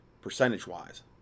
percentage-wise